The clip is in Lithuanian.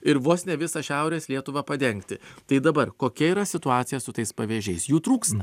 ir vos ne visą šiaurės lietuvą padengti tai dabar kokia yra situacija su tais pavežėjais jų trūksta